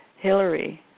Hillary